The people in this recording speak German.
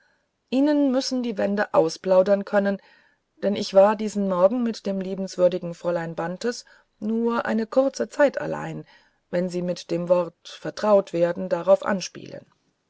ihnen müssen die wände ausplaudern können denn ich war diesen morgen mit dem liebenswürdigen fräulein bantes nur eine kurze zeit allein wenn sie mit dem worte vertrautwerden darauf anspielen